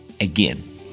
again